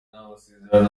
amasezerano